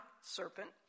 serpent